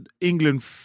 England